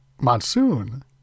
Monsoon